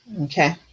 Okay